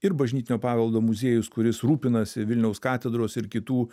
ir bažnytinio paveldo muziejus kuris rūpinasi vilniaus katedros ir kitų